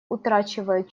утрачивают